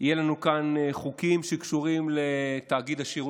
יהיו לנו כאן חוקים שקשורים לתאגיד השידור